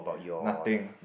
nothing